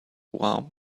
warm